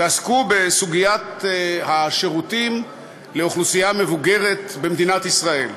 ועסקו בסוגיית השירותים לאוכלוסייה המבוגרת במדינת ישראל.